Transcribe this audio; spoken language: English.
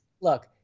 Look